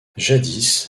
jadis